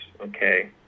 Okay